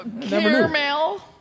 Caramel